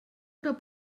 oder